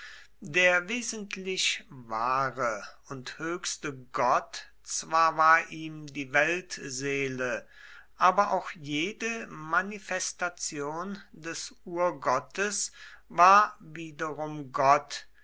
der wesentlich wahre und höchste gott zwar war ihm die weltseele aber auch jede manifestation des urgottes war wiederum gott